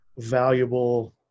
Valuable